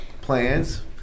plans